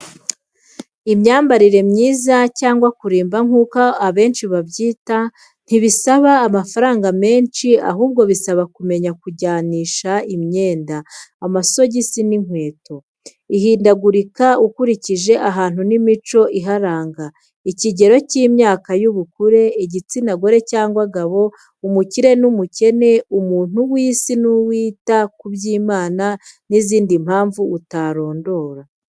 Imyambarire myiza cyangwa kurimba nk'uko abenshi babyita, ntibisaba amafaranga menshi ahubwo bisaba kumenya kujyanisha imyenda, amasogisi n'inkweto. Ihindagurika ukurikije ahantu n'imico iharanga, ikigero cy'imyaka y'ubukure, igitsina gore cyangwa gabo, umukire n'umukene, umuntu w'isi n'uwita ku by'Imana n'izindi mpamvu utarondora.